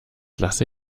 lasse